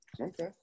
Okay